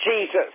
Jesus